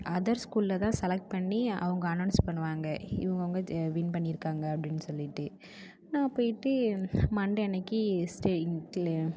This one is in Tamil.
அதர்ஸ் ஸ்கூலில்தான் செலக்ட் பண்ணி அவங்க அனௌன்ஸ் பண்ணுவாங்க இவங்க இவங்க வின் பண்ணியிருக்காங்க அப்படின்னு சொல்லிவிட்டு நான் போய்விட்டு மண்டே அன்னக்கு